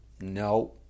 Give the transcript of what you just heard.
No